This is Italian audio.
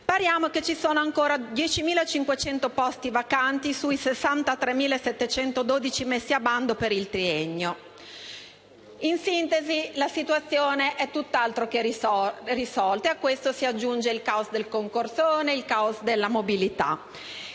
scuola - che ci sono ancora 10.500 posti vacanti sui 63.712 messi a bando per il triennio. In sintesi, la situazione è tutt'altro che risolta e a questo si aggiunge il caos del concorsone e della mobilità.